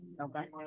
Okay